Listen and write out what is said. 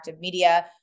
media